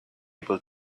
able